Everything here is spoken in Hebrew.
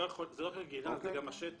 לא רק עגינה אלא גם השטח.